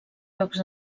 jocs